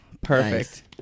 Perfect